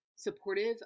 Supportive